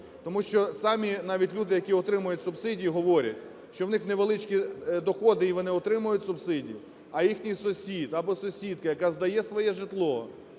Тому що самі навіть люди, які отримують субсидію, говорять, що у них невеличкі доходи і вони отримують субсидію, а їхній сусід або сусідка, яка здає своє житло,